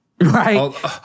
Right